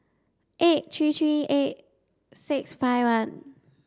eight three three eight six five one